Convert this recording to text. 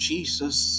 Jesus